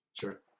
Sure